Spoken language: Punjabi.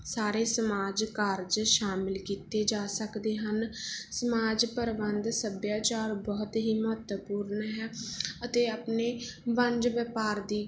ਸਾਰੇ ਸਮਾਜ ਕਾਰਜ ਸ਼ਾਮਲ ਕੀਤੇ ਜਾ ਸਕਦੇ ਹਨ ਸਮਾਜ ਪ੍ਰਬੰਧ ਸੱਭਿਆਚਾਰ ਬਹੁਤ ਹੀ ਮਹੱਤਵਪੂਰਨ ਹੈ ਅਤੇ ਆਪਣੇ ਵਣਜ ਵਪਾਰ ਦੀ